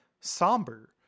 somber